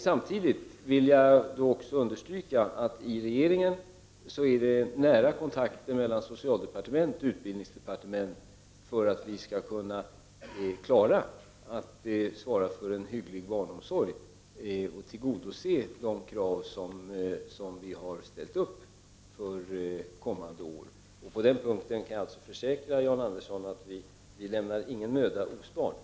Jag vill också understryka att det i regeringen förekommer nära kontakter mellan socialdepartementet och utbildningsdepartementet för att vi skall kunna svara för en hygglig barnomsorg och tillgodose de krav som vi har ställt upp för kommande år. På den punkten kan jag försäkra Jan Andersson att vi inte lämnar någon möda ospard.